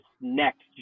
next